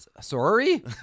sorry